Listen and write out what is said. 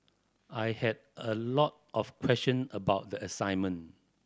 I had a lot of question about the assignment